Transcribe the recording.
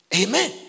Amen